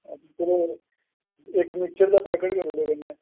ते चलो इक्क मिक्चर दा पैकेट करी ओड़ेओ कन्नै